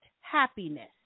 happiness